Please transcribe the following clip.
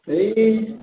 ए